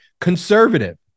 Conservative